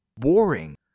boring